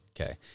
Okay